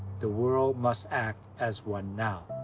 the world must act as one now.